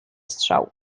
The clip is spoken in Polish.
strzał